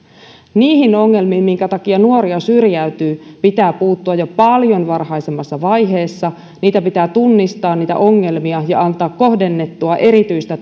niihin ongelmiin minkä takia nuoria syrjäytyy pitää puuttua jo paljon varhaisemmassa vaiheessa niitä ongelmia pitää tunnistaa ja antaa kohdennettua erityistä